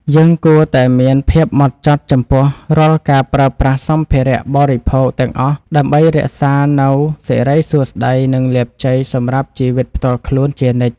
យើងគួរតែមានភាពហ្មត់ចត់ចំពោះរាល់ការប្រើប្រាស់សម្ភារៈបរិភោគទាំងអស់ដើម្បីរក្សានូវសិរីសួស្តីនិងលាភជ័យសម្រាប់ជីវិតផ្ទាល់ខ្លួនជានិច្ច។